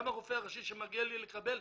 גם הרופא הראשי שמגיע לי לקבל.